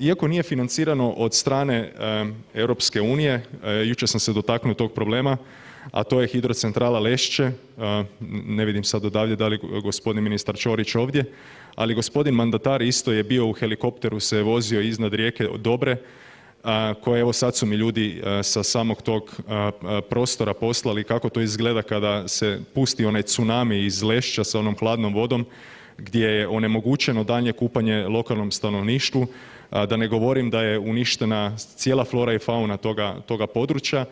Iako nije financirano od strane EU jučer sam se dotaknuo tog problema, a to je hidrocentrala Lešće, ne vidim sad odavde da li je gospodin ministar Ćorić ovdje, ali gospodin mandatar isto je bio u helikopteru se je vozio iznad rijeke Dobre, koja evo sad su mi ljudi sa samog tog prostora poslali kako to izgleda kada se pusti onaj cunami iz Lešća sa onom hladnom vodom gdje je onemogućeno daljnje kupanje lokalnom stanovništvu, da ne govorim da je uništena cijela flora i fauna toga područja,